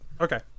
okay